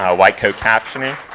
white coat captioning.